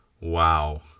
Wow